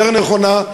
יותר נכונה,